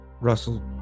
Russell